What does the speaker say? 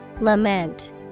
Lament